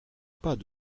pas